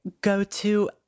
go-to